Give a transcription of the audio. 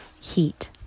heat